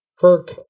Kirk